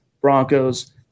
Broncos